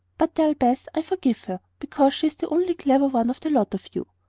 but tell beth i forgive her, because she is the only clever one of the lot of you.